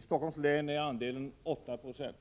I Helsingforss län är andelen 8 90.